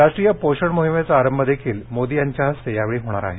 राष्ट्रीय पोषण मोहिमेचा आरंभ देखील मोदी यांच्या हस्ते यावेळी होणार आहे